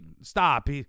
stop